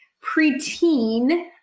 pre-teen